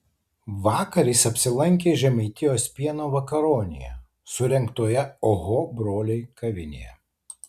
vakar jis apsilankė žemaitijos pieno vakaronėje surengtoje oho broliai kavinėje